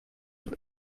und